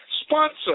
Sponsor